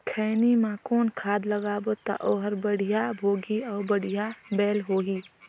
खैनी मा कौन खाद लगाबो ता ओहार बेडिया भोगही अउ बढ़िया बैल होही?